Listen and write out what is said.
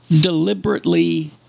deliberately